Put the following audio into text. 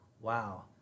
wow